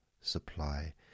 supply